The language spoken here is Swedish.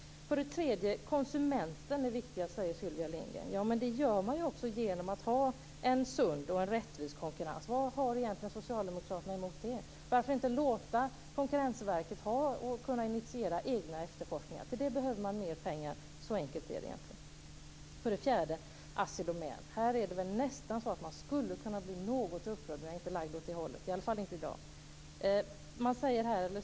För det tredje: Konsumenten är viktig, säger Sylvia Lindgren. Det blir så genom att man har en sund och rättvis konkurrens. Vad har socialdemokraterna emot det? Varför inte låta Konkurrensverket kunna initiera egna efterforskningar? Till det behöver man mer pengar. Så enkelt är det. För det fjärde om Assi Domän. Här skulle man nästan kunna bli något upprörd, men jag är inte lagd åt det hållet, i alla fall inte i dag.